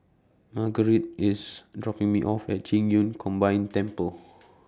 Marguerite IS dropping Me off At Qing Yun Combined Temple